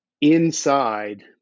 inside